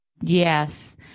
Yes